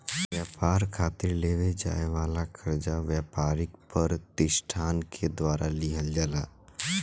ब्यपार खातिर लेवे जाए वाला कर्जा ब्यपारिक पर तिसठान के द्वारा लिहल जाला